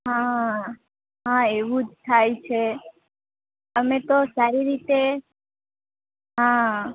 હા હા એવું જ થાય છે અમે તો સારી રીતે હા